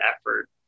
effort